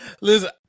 listen